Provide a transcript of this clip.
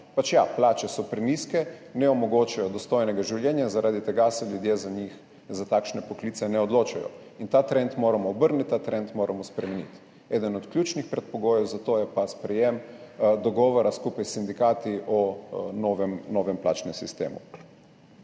plače. Ja, plače so prenizke, ne omogočajo dostojnega življenja, zaradi tega se ljudje za takšne poklice ne odločajo. Ta trend moramo obrniti, ta trend moramo spremeniti. Eden od ključnih predpogojev za to pa je sprejetje dogovora skupaj s sindikati o novem plačnem sistemu.